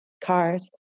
cars